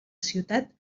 ciutat